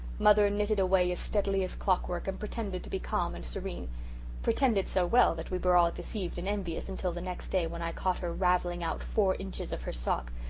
mother and knitted away as steadily as clockwork and pretended to be calm and serene pretended so well that we were all deceived and envious until the next day, when i caught her ravelling out four inches of her sock.